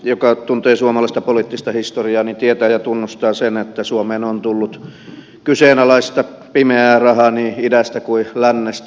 joka tuntee suomalaista poliittista historiaa tietää ja tunnustaa sen että suomeen on tullut kyseenalaista pimeää rahaa niin idästä kuin lännestä